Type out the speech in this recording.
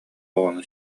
оҕону